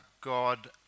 God